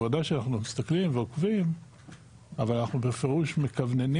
בוודאי שאנחנו מסתכלים ועוקבים אבל אנחנו בפירוש מכווננים